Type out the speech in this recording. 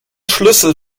schlüssel